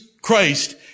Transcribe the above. Christ